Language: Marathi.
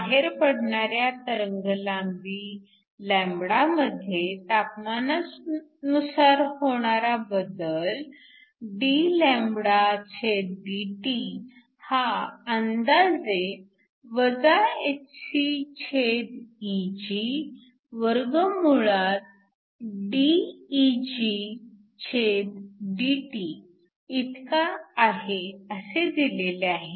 बाहेर पडणाऱ्या तरंगलांबी λ मध्ये तापमानानुसार होणारा बदल dλdT हा अंदाजे hcEgdEgdT इतका आहे असे दिलेले आहे